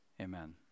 Amen